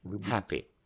happy